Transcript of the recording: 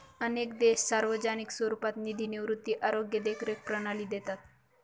अनेक देश सार्वजनिक स्वरूपात निधी निवृत्ती, आरोग्य देखरेख प्रणाली देतात